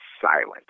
silent